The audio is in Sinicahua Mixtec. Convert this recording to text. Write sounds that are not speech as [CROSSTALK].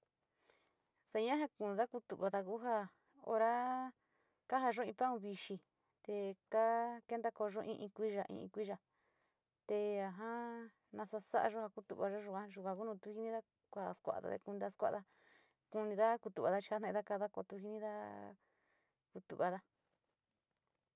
Seña ja kuda kutuvada ku ja hora kajaayo in pan vixi te kaa kenta koyo in kuiyo, in kuiya te a jaa nasa sa´ayo ja katuvayo yua yaga kuja tu jinida kua skuada kunida, [UNINTELLIGIBLE] kutuvada chi jatada kotu jinida kutuvada.